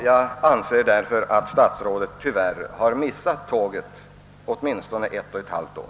Jag anser därför att statsrådet tyvärr har missat tåget med åtminstone ett och ett halvt år.